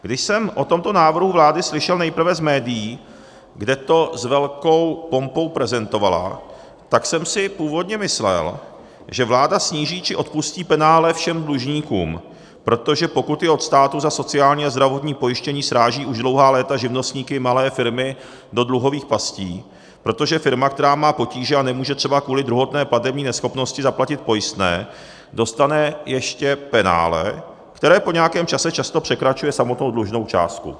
Když jsem o tomto návrhu vlády slyšel nejprve z médií, kde to s velkou pompou prezentovala, tak jsem si původně myslel, že vláda sníží či odpustí penále všem dlužníkům, protože pokuty od státu za sociální a zdravotní pojištění srážejí už dlouhá léta živnostníky, malé firmy do dluhových pastí, protože firma, která má potíže a nemůže třeba kvůli druhotné platební neschopnosti zaplatit pojistné, dostane ještě penále, které po nějakém čase často překračuje samotnou dlužnou částku.